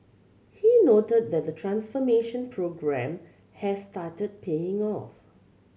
he noted that the transformation programme has started paying off